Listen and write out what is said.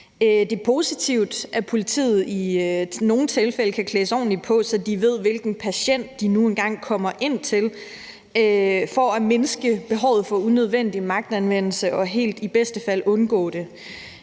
Det er positivt, at politiet i nogle tilfælde kan klædes ordentligt på, så de ved, hvilken patient de nu engang kommer ud til, for på den måde at mindske behovet for unødvendig magtanvendelse og helt i bedste fald undgå det.